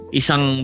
isang